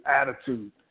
attitude